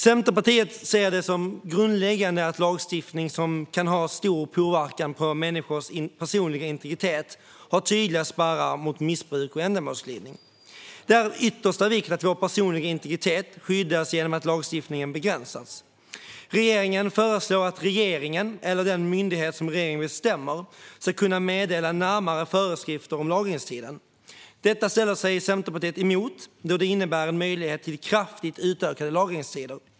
Centerpartiet ser det som grundläggande att lagstiftning som kan ha stor påverkan på människors personliga integritet har tydliga spärrar mot missbruk och ändamålsglidning. Det är av yttersta vikt att vår personliga integritet skyddas genom att lagringstiden begränsas. Regeringen föreslår att regeringen eller den myndighet som regeringen bestämmer ska kunna meddela närmare föreskrifter om lagringstiden. Detta sätter sig Centerpartiet emot, då det innebär en möjlighet till kraftigt utökade lagringstider.